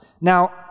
Now